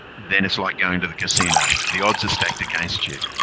then it's like going to the casino the odds are stacked against you,